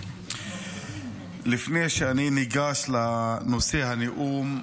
לפני שאני ניגש לנושא הנאום,